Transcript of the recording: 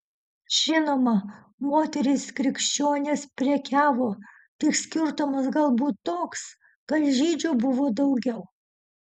žinoma moterys krikščionės prekiavo tik skirtumas galbūt toks kad žydžių buvo daugiau